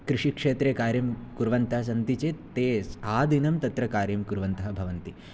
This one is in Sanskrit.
कृषिक्षेत्रे कार्यं कुर्वन्तः सन्ति चेत् ते आदिनं तत्र कार्यं कुर्वन्तः भवन्ति